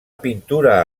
pintura